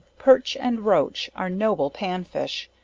perch and roach, are noble pan fish,